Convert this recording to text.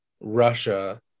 Russia